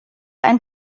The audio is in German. einen